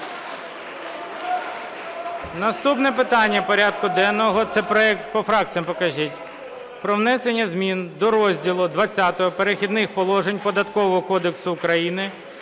Наступне питання порядку денного – по фракціях покажіть – про внесення змін до розділу ХХ "Перехідних положень" Податкового кодексу України